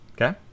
Okay